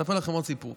אספר לכם עוד סיפור.